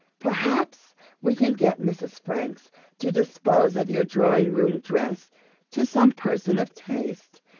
perhaps we can get mrs. franks to dispose of your drawing-room dress to some person of taste,